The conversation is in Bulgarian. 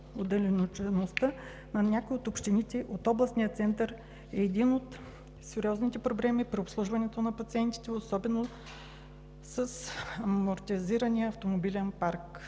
Отдалечеността на някои от общините от областния център е един от сериозните проблеми при обслужването на пациентите, особено с амортизирания автомобилен парк.